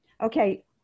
Okay